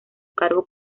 cargo